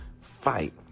fight